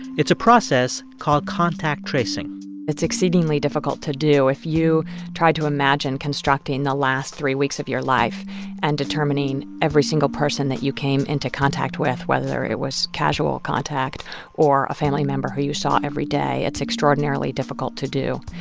it's a process called contact tracing it's exceedingly difficult to do. if you tried to imagine constructing the last three weeks of your life and determining every single person that you came into contact with, whether it was casual contact or a family member who you saw every day, it's extraordinarily difficult to do.